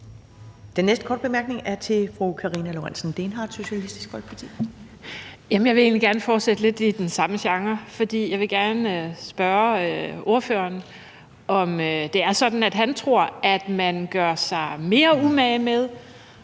Den næste korte bemærkning er til fru Karina Lorentzen Dehnhardt, Socialistisk Folkeparti. Kl. 13:27 Karina Lorentzen Dehnhardt (SF): Jeg vil egentlig gerne fortsætte lidt i den samme genre, for jeg vil gerne spørge ordføreren, om det er sådan, at han tror, at man gør sig mere umage med